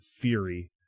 theory